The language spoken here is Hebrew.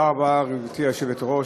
תודה רבה, גברתי היושבת-ראש.